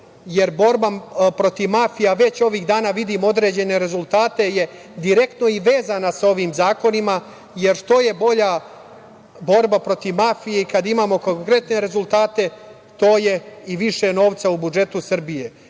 jer borba protiv mafije, već ovih dana vidim određene rezultate, direktno je vezana sa ovim zakonima, jer što je bolja borba protiv mafije i kada imamo konkretne rezultate, to je i više novca u budžetu Srbije.